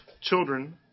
children